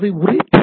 அவை ஒரே டி